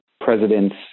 President's